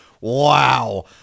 Wow